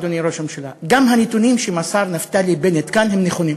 אדוני ראש הממשלה: גם הנתונים שמסר נפתלי בנט כאן הם נכונים.